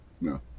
No